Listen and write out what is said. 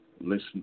listen